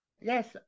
Yes